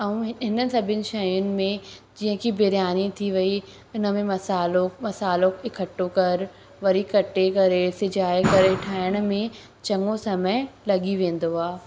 ऐं हिन सभिनि शयूं में जीअं की बिरयानी थी वई इन में मसाल्हो मसाल्हो इकठो करु वरी कटे करे सिजाए करे ठाहिण में चङो समय लॻी वेंदो आहे